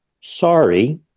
sorry